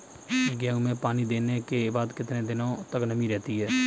गेहूँ में पानी देने के बाद कितने दिनो तक नमी रहती है?